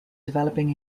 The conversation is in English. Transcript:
developing